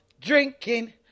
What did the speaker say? drinking